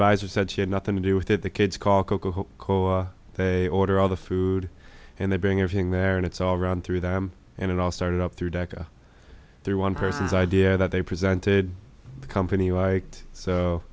advisor said she had nothing to do with it the kids call coco they order all the food and they bring everything there and it's all run through them and it all started up through decca through one person's idea that they presented the company